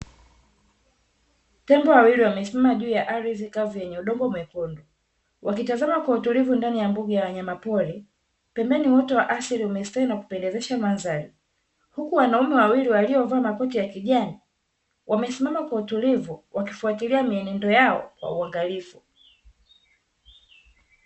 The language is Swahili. Tembo wawili wamesimama juu ya ardhi kavu yenye udongo mwekundu, wakitazama kwa utulivu ndani ya mbuga ya wanyamapori; pembeni uoto wa asili umestawi nakupendezesha mandhari, huku wanaume wawili waliovaa makoti ya kijani, wamesimama kwa utulivu wakifuatilia mienendo yao kwa uangalifu.